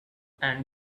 and